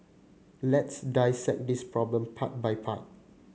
let's dissect this problem part by part